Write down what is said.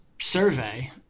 survey